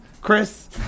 Chris